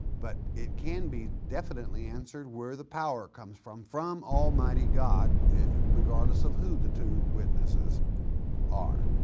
but it can be definitely answered where the power comes from, from almighty god regardless of who the two witnesses are.